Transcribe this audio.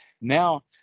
now